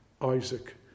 isaac